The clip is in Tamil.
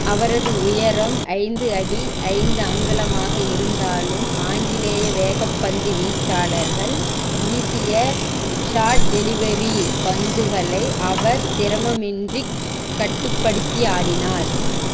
அவரது உயரம் ஐந்து அடி ஐந்து அங்குலமாக இருந்தாலும் ஆங்கிலேய வேகப்பந்து வீச்சாளர்கள் வீசிய ஷார்ட் டெலிவரி பந்துகளை அவர் சிரமமின்றிக் கட்டுப்படுத்தி ஆடினார்